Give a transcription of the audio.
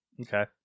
Okay